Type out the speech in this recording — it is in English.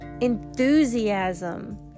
enthusiasm